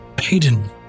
Hayden